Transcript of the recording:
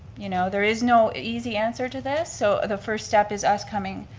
you know, there is no easy answer to this, so the first step is us coming,